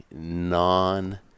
non-